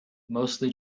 mostly